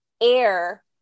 air